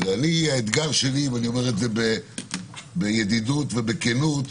האתגר שלי, ואני אומר את זה בידידות ובכנות,